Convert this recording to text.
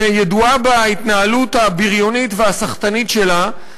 שידועה בהתנהלות הבריונית והסחטנית שלה,